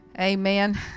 Amen